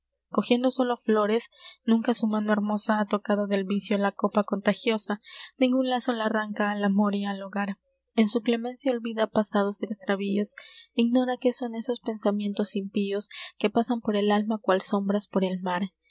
cogiendo sólo flores nunca su mano hermosa ha tocado del vicio la copa contagiosa ningun lazo la arranca al amor y al hogar en su clemencia olvida pasados extravíos ignora qué son esos pensamientos impíos que pasan por el alma cual sombras por el mar